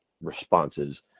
responses